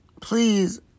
please